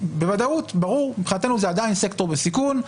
בוודאות, ברור, מבחינתנו זה עדיין סקטור בסיכון.